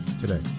today